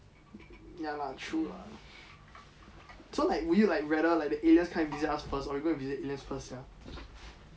ya lah true lah so like would you like rather like the aliens come and visit us first or you go and visit aliens first [sial]